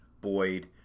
Boyd